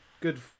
good